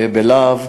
ב"להב".